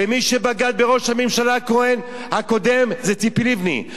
ומי שבגד בראש הממשלה הקודם זה ציפי לבני,